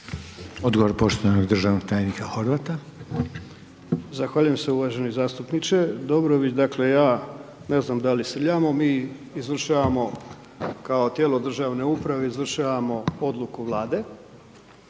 Odgovor poštovanog državnog tajnika Horvata. **Horvat, Mile (SDSS)** Zahvaljujem se uvaženi zastupniče. Dobro dakle, ja ne znam da li ispljuvavamo, mi izvršavamo ka tijelo državne uprave izvršavamo odluke vlade,